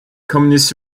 communist